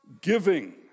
giving